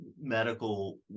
medical